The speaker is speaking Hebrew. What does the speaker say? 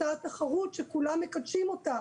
אותה תחרות שכולם מקדשים אותה,